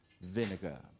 vinegar